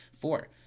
four